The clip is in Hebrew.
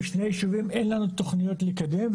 בשני יישובים אין לנו תכניות לקדם,